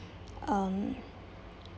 um